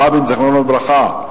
רבין, זיכרונו לברכה.